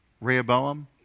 Rehoboam